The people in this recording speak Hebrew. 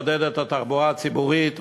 לעודד את התחבורה הציבורית,